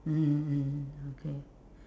mm mm okay